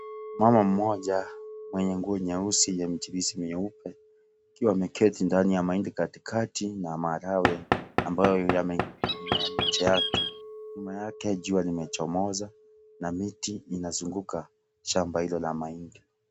Mama mmoja mwenye nguo nyeusi ya mchirizi nyeupe akiwa ameketi ndani ya mahindi katikati na maharagwe ambayo yamemea mchake, nyuma yake jua imechomoza na miti inazunguka shamba hilo la mahindi.